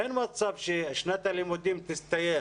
אין מצב ששנת הלימודים תסתיים